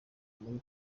muri